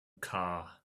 car